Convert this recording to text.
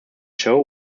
show